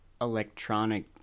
electronic